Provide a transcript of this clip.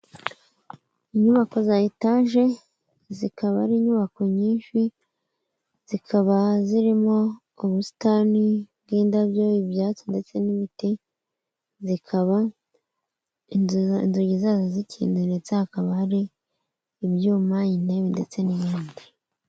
Inyubako za etage, zikaba ari inyubako nyinshi, zikaba zirimo ubusitani bw'indabyo, ibyatsi, ndetse n'imiti, zikaba inzugi zazo zikinze, ndetse hakaba hari ibyuma, intebe, ndetse n'ibindi.